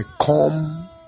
come